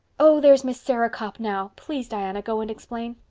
oh, there's miss sarah copp now. please, diana, go and explain.